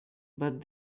but